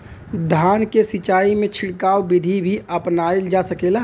धान के सिचाई में छिड़काव बिधि भी अपनाइल जा सकेला?